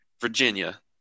Virginia